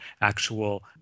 actual